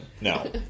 No